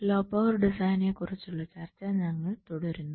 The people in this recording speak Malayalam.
ലോ പവർ ഡിസൈനിനെക്കുറിച്ചുള്ള ചർച്ച ഞങ്ങൾ തുടരുന്നു